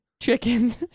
chicken